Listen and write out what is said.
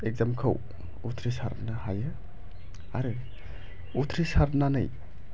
exam खौ उथ्रिसारनो हायो आरो उथ्रिसारनानै